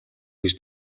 гэж